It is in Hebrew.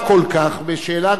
בשאלה רצינית ביותר.